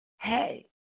hey